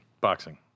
Boxing